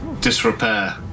Disrepair